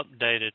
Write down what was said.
updated